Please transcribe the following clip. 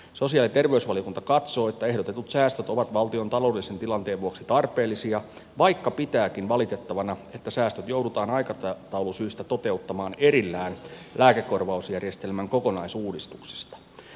sosiaali ja terveysvaliokunta katsoo että ehdotetut säästöt ovat valtion taloudellisen tilanteen vuoksi tarpeellisia vaikka pitääkin valitettavana että säästöt joudutaan aikataulusyistä toteuttamaan erillään lääkekorvausjärjestelmän kokonaisuudistuksesta